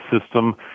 system